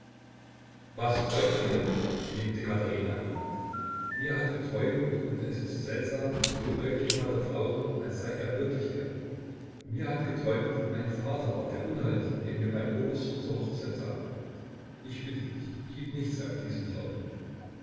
was träumte dir geliebte katherina mir hat geträumt und es ist seltsam so deutlich war der traum als sei er wirklichkeit mit hat geträumt mein vater war der unhold den wir beim obersten zur hochzeit sahen ich bitte dich gib nichts auf diesen traum